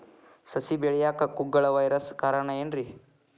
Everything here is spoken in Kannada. ಸಸಿ ಬೆಳೆಯಾಕ ಕುಗ್ಗಳ ವೈರಸ್ ಕಾರಣ ಏನ್ರಿ?